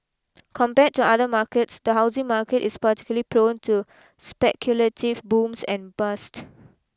compared to other markets the housing market is particularly prone to speculative booms and bust